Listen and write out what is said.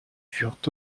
furent